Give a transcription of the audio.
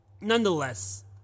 nonetheless